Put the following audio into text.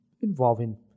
involving